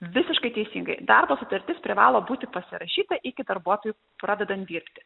visiškai teisingai darbo sutartis privalo būti pasirašyta iki darbuotojui pradedant dirbti